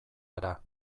ara